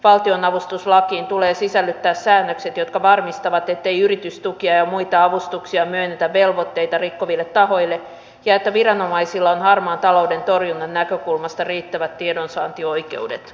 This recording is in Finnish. valtionavustuslakiin tulee sisällyttää säännökset jotka varmistavat ettei yritystukia ja muita avustuksia myönnetä velvoitteita rikkoville tahoille ja että viranomaisilla on harmaan talouden torjunnan näkökulmasta riittävät tiedonsaantioikeudet